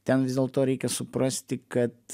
ten vis dėlto reikia suprasti kad